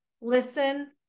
listen